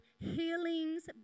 healings